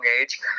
age